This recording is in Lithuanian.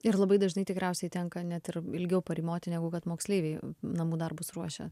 ir labai dažnai tikriausiai tenka net ir ilgiau parymoti negu kad moksleiviai namų darbus ruošia